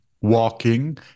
walking